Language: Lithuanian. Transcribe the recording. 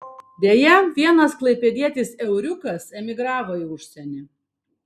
deja vienas klaipėdietis euriukas emigravo į užsienį